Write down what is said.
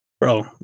bro